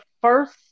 first